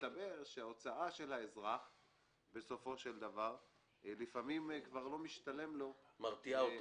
מסתבר שלפעמים כבר לא משתלם לאזרח וההוצאה שלו --- מרתיעה אותו.